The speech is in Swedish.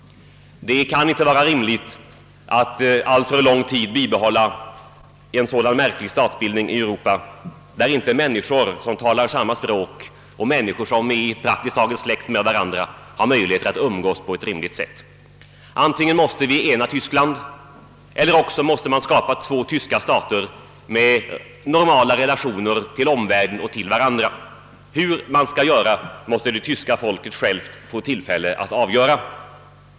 Det kan inte vara rimligt att under alltför lång tid bibehålla en sådan märklig statsbildning i Europa, där människor som talar samma språk och som i så många fall är släkt med varandra inte har möjlighet att umgås på ett rimligt sätt. Antingen måste Tyskland enas eller två tyska stater med normala relationer till omvärlden och till varandra skapas. Hur det skall gå till måste det tyska folket självt få tillfälle att avgöra.